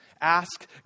ask